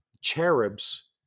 cherubs